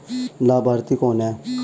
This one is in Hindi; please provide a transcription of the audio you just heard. लाभार्थी कौन है?